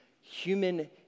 human